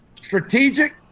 strategic